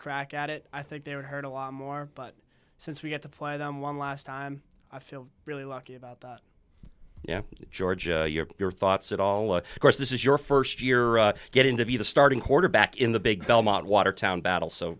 crack at it i think they would hurt a lot more but since we got to play them one last time i feel it lucky about that yeah georgia your thoughts at all of course this is your first year getting to be the starting quarterback in the big belmont watertown battle so